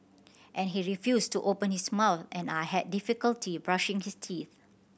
and he refused to open his mouth and I had difficulty brushing his teeth